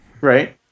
right